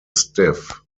stiff